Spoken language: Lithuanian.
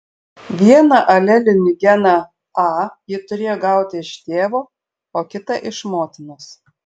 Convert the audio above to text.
vieną alelinį geną a ji turėjo gauti iš tėvo o kitą iš motinos